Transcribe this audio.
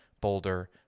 Boulder